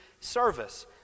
service